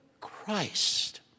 Christ